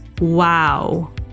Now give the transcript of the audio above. Wow